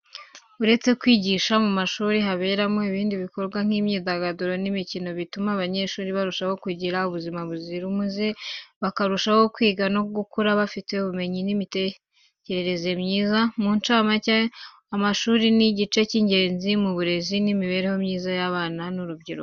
Uretse kwigisha mu mashuri haberamo ibindi bikorwa nk'imyidagaduro n'imikino bituma abanyeshuri barushaho kugira ubuzima buzira umuze, bakarushaho kwiga no gukura bafite ubumenyi n'imitekerereze myiza. Mu ncamake, amashuri ni igice cy'ingenzi mu burezi n'imibereho myiza y'abana n'urubyiruko.